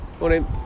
Morning